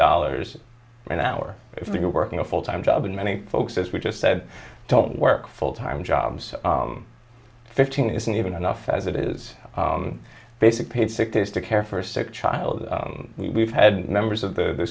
dollars an hour if you're working a full time job and many folks as we just said don't work full time jobs fifteen isn't even enough as it is basic paid sick days to care for a sick child we've had members of the